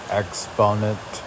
exponent